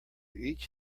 each